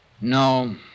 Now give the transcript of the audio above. No